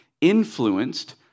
influenced